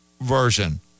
version